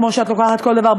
כמו שאת לוקחת כל דבר,